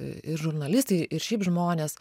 ir žurnalistai ir šiaip žmonės